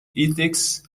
ethics